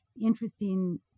interesting